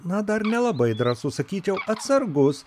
na dar nelabai drąsu sakyčiau atsargus